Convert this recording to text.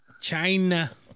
China